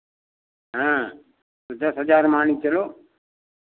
हाँ तो दस हज़ार मान के चलो